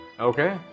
Okay